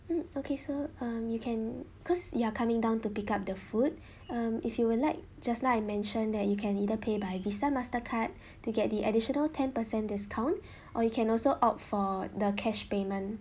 mm okay so um you can cause you are coming down to pick up the food um if you would like just now I mentioned that you can either pay by Visa Mastercard to get the additional ten per cent discount or you can also opt for the cash payment